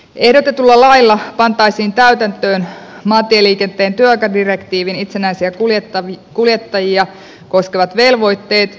ehdotetulla lailla pantaisiin täytäntöön maantieliikenteen työaikadirektiivin itsenäisiä kuljettajia koskevat velvoitteet